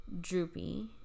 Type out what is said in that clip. droopy